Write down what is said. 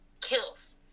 kills